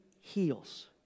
heals